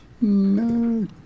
No